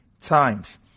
times